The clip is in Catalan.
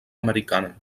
americana